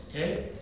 okay